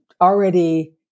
already